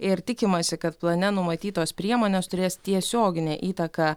ir tikimasi kad plane numatytos priemonės turės tiesioginę įtaką